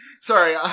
sorry